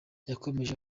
yakomeje